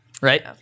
right